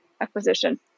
acquisition